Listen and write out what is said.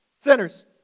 Sinners